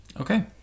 Okay